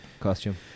Costume